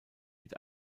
mit